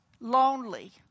lonely